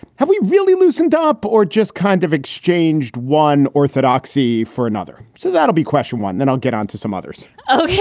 have we really loosened up or just kind of exchanged one orthodoxy for another? so that'll be question one. then i'll get onto some others oh, yeah